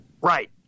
Right